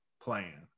plan